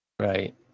Right